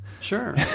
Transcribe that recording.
Sure